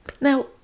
Now